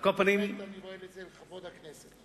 בהחלט אני רואה בזה כבוד לכנסת.